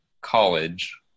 college